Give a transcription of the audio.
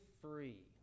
free